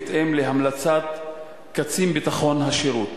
בהתאם להמלצת קצין ביטחון השירות,